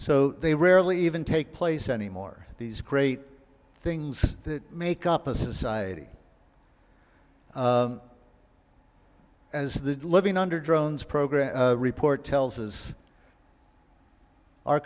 so they rarely even take place anymore these great things that make up a society as the living under drones program report tells as our